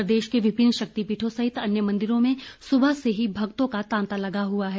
प्रदेश के विभिन्न शक्तिपीठों सहित अन्य मंदिरों में सुबह से ही भक्तों का तांता लगा हुआ है